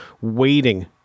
waiting